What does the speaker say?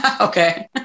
Okay